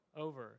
over